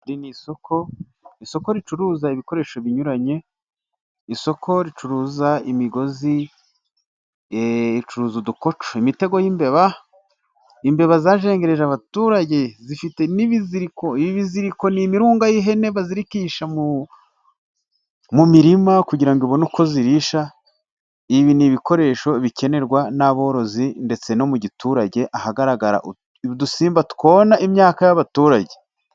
Isoko ricuruza ibikoresho binyuranye, isoko ricuruza imigozi, ricuruza udukoco, imitego y'imbeba, imbeba zazengereje abaturage, zifite ibiziriko n'imirunga y'ihene bazirikisha mu mirima, kugira zibone uko zirisha, ibi ni ibikoresho bikenerwa n'aborozi ndetse no mu giturage, ahagaragara udusimba twona imyaka y'abaturage.